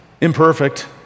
imperfect